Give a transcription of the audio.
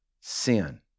sin